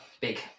big